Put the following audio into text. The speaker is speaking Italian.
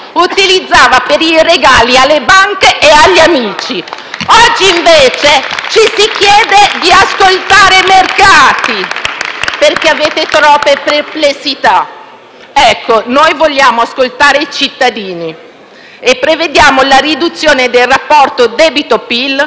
Oggi invece ci si chiede di ascoltare i mercati, perché avete troppe perplessità. Ecco, noi vogliamo ascoltare i cittadini e prevediamo la riduzione del rapporto debito-PIL, oggi al 131,2